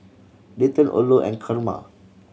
Dayton Orlo and Carma